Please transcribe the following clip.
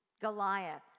Goliath